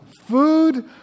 food